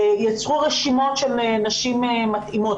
יצרו רשימות של נשים מתאימות.